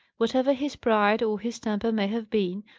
whatever his pride or his temper may have been,